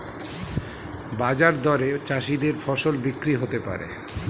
বাজার দরে চাষীদের ফসল বিক্রি হতে পারে